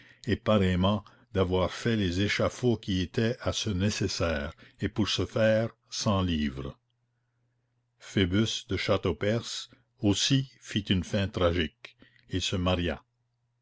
et pareillement d'avoir fait les échafauds qui étaient à ce nécessaires et pour ce faire cent livres phoebus de châteaupers aussi fit une fin tragique il se maria